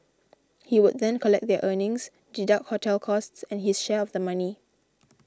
he would then collect their earnings deduct hotel costs and his share of the money